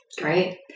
Great